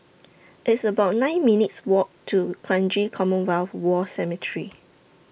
It's about nine minutes' Walk to Kranji Commonwealth War Cemetery